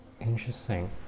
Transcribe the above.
Interesting